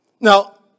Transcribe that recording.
Now